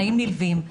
תנאים נלווים,